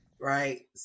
right